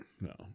no